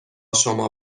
شما